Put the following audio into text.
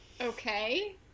okay